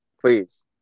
please